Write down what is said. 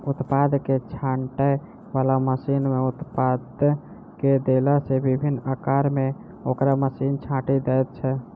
उत्पाद के छाँटय बला मशीन मे उत्पाद के देला सॅ विभिन्न आकार मे ओकरा मशीन छाँटि दैत छै